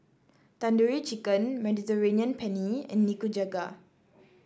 Tandoori Chicken Mediterranean Penne and Nikujaga